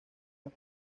más